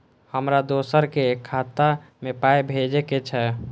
हमरा दोसराक खाता मे पाय भेजे के छै?